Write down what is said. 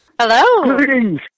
Hello